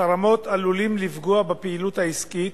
החרמות עלולים לפגוע בפעילות העסקית,